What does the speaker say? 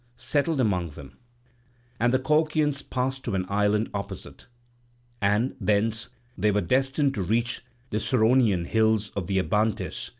settled among them and the colchians passed to an island opposite and thence they were destined to reach the ceraunian hills of the abantes,